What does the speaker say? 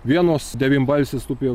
vienos devynbalsės tupi